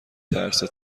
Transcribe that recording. ترسه